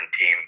team